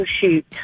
shoot